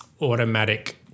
automatic